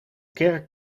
kerk